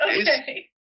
Okay